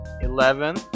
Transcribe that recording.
eleven